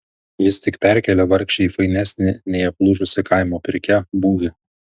jis tik perkėlė vargšę į fainesnį nei aplūžusi kaimo pirkia būvį